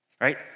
right